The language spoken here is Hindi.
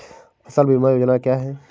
फसल बीमा योजना क्या है?